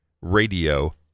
radio